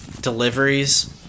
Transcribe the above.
deliveries